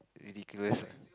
ridiculous lah